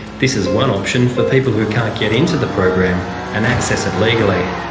this is one option for people who can't get into the program and access it legally.